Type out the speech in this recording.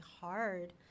hard